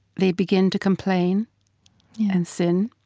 they begin to complain and sin,